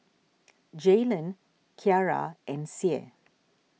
Jaylen Kyara and Sie